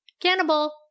Cannibal